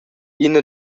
ina